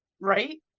Right